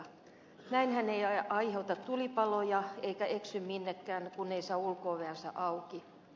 näin hän ei aiheuta tulipaloja eikä eksy minnekään kun ei saa ulko oveansa auki